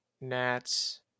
Nats